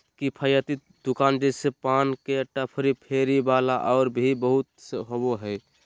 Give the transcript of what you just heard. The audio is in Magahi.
किफ़ायती दुकान जैसे पान के टपरी, फेरी वाला और भी बहुत होबा हइ